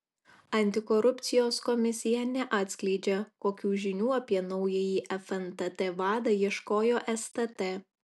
antikorupcijos komisija neatskleidžia kokių žinių apie naująjį fntt vadą ieškojo stt